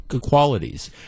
qualities